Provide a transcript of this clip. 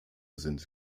sind